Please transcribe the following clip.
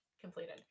completed